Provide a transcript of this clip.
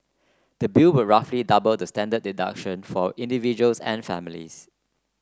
the bill would roughly double the standard deduction for individuals and families